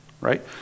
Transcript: right